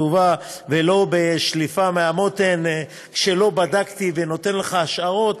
כתובה ולא בשליפה מהמותן כשלא בדקתי ואני נותן לך השערות.